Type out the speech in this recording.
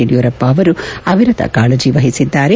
ಯಡಿಯೂರಪ್ಪ ಅವರು ಅವಿರತ ಕಾಳಜಿ ವಹಿಸಿದ್ದಾರೆ